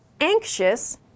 anxious